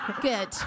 Good